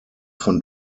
von